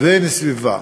ואין סביבה.